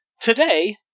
today